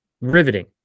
riveting